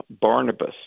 Barnabas